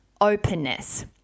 openness